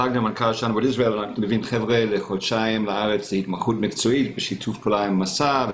אנחנו מביאים חבר'ה לחודשיים לארץ להתמחות מקצועית בשיתוף פעולה עם מסע.